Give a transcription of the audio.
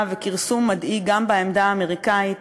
וכרסום מדאיג גם בעמדה האמריקנית.